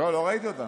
לא, לא ראיתי אותה.